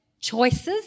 choices